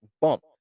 bump